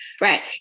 Right